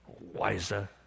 wiser